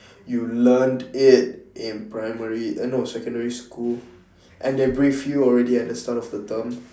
you learnt it in primary err no secondary school and they brief you already at the start of the term